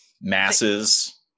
masses